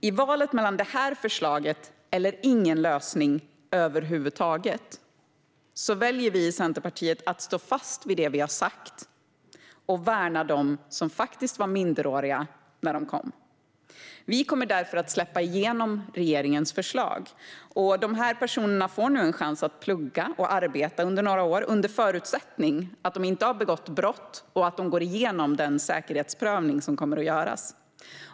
I valet mellan detta förslag och ingen lösning över huvud taget väljer vi i Centerpartiet att stå fast vid det vi har sagt och värna dem som faktiskt var minderåriga när de kom. Vi kommer därför att släppa igenom regeringens förslag. Dessa personer får nu en chans att plugga och arbeta under några år, under förutsättning att de inte har begått brott och att de går igenom den säkerhetsprövning som kommer att göras.